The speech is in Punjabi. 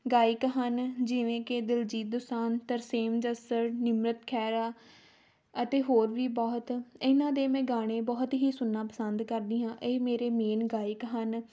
ਗਾਇਕ ਹਨ ਜਿਵੇਂ ਕਿ ਦਿਲਜੀਤ ਦੋਸਾਂਝ ਤਰਸੇਮ ਜੱਸੜ ਨਿਮਰਤ ਖਹਿਰਾ ਅਤੇ ਹੋਰ ਵੀ ਬਹੁਤ ਇਹਨਾਂ ਦੇ ਮੈਂ ਗਾਣੇ ਬਹੁਤ ਹੀ ਸੁਣਨਾ ਪਸੰਦ ਕਰਦੀ ਹਾਂ ਇਹ ਮੇਰੇ ਮੇਨ ਗਾਇਕ ਹਨ